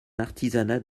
artisanat